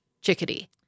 chickadee